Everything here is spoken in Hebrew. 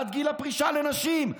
העלאת גיל הפרישה לנשים,